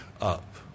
up